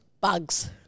Bugs